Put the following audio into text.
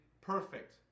perfect